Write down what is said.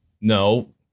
No